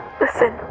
Listen